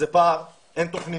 זה פער, אין תוכנית,